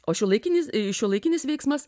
o šiuolaikinis šiuolaikinis veiksmas